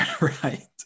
right